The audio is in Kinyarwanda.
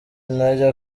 najya